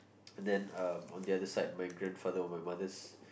then um on the other side my grandfather of my mother's